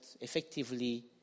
effectively